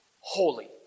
holy